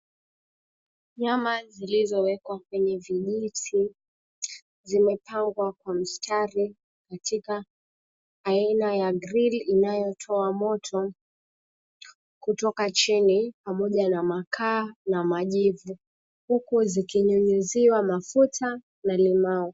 Nyama zizizowekwa kwenye vinuzi zimepangwa kwa mistari katika aina ya grili inayotoa moto kutoka chini pamoja na makaa na majivu huku zikinyunyusiwa mafuta na limau.